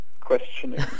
questioning